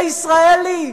הישראלי,